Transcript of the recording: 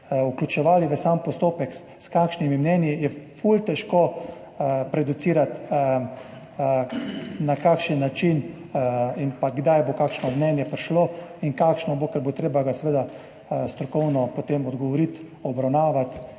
vključevali v sam postopek, s kakšnimi mnenji, zato je zelo težko prejudicirati, na kakšen način in kdaj bo kakšno mnenje prišlo in kakšno bo, ker bo potem treba seveda strokovno odgovoriti, obravnavati